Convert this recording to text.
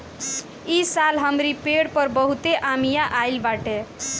इस साल हमरी पेड़ पर बहुते अमिया आइल बाटे